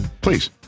please